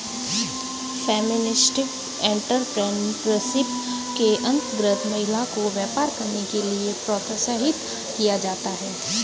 feminist entrepreneurship के अंतर्गत महिला को व्यापार करने के लिए प्रोत्साहित किया जाता है